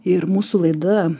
ir mūsų laida